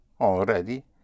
already